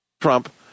Trump